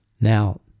Now